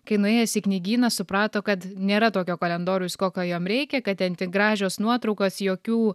kai nuėjęs į knygyną suprato kad nėra tokio kalendoriaus kokio jam reikia kad ten tik gražios nuotraukos jokių